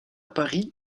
paris